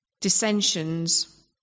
dissensions